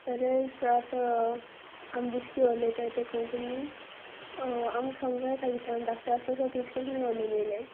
bench आतां आमी बिश्टी उलयताय ते कोंकणी आमक समजो येता कितं आम धाकटो आसतासो तिज कोंकणी उलयन येयलें